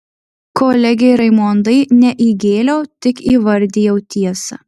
kolegei raimondai ne įgėliau tik įvardijau tiesą